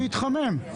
להתחמם.